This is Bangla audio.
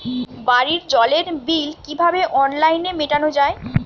বাড়ির জলের বিল কিভাবে অনলাইনে মেটানো যায়?